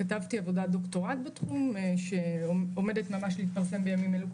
כתבתי עבודת דוקטורט בתחום שעומדת לצאת כספר בימים אלו.